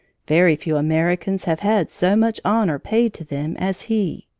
very few americans have had so much honor paid to them as he.